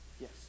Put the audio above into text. yes